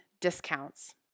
discounts